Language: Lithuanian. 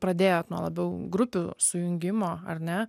pradėjot nuo labiau grupių sujungimo ar ne